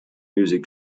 music